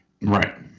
Right